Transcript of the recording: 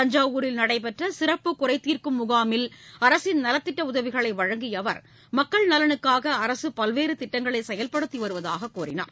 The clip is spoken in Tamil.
தஞ்சாவூரில் நடைபெற்றசிறப்பு குறைதீர்க்கும் முகாமில் அரசின் நலத்திட்டஉதவிகளைவழங்கியஅவர் மக்கள் நலனுக்காகஅரசுபல்வேறுதிட்டங்களைச் செயல்படுத்திவருவதாககூறினார்